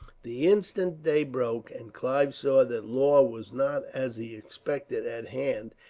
the instant day broke, and clive saw that law was not, as he expected, at hand,